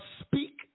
speak